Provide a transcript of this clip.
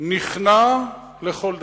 נכנע לכל דבר.